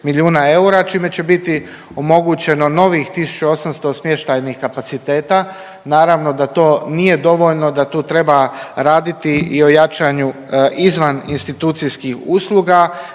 milijuna eura čime će biti omogućeno novih 1800 smještajnih kapaciteta. Naravno da to nije dovoljno, da tu treba raditi i o jačanju izvan institucijskih usluga.